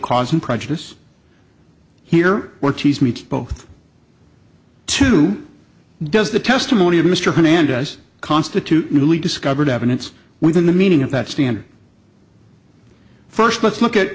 and prejudice here or tease me both two does the testimony of mr hernandez constitute newly discovered evidence within the meaning of that standard first let's look at